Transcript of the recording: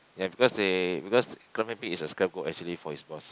ya because they because Clementi is a scapegoat actually for his boss